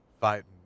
fighting